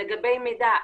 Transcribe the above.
לגבי מידע,